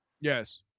Yes